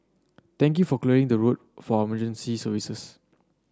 thank you for clearing the road for our emergency services